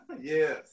Yes